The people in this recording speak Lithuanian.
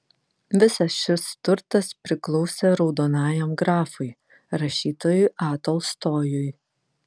visas šis turtas priklausė raudonajam grafui rašytojui a tolstojui